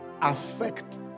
affect